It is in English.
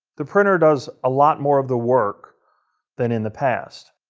the printer does a lot more of the work than in the past.